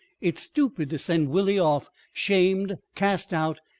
it's stupid to send willie off shamed, cast out,